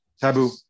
Taboo